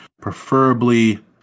Preferably